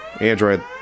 Android